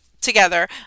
together